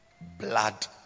blood